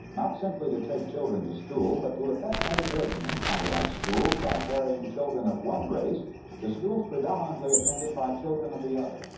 not simply to take children to school but to affect integration in pontiac schools by carrying children of one race to schools predominantly attended by children of the other